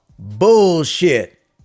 bullshit